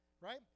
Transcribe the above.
right